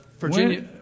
Virginia